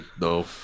no